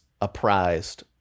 apprised